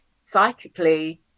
psychically